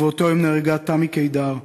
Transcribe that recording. ובאותו יום נהרגה תמי קידר,